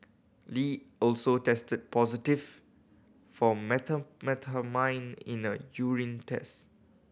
Lee also tested positive for methamphetamine in a urine test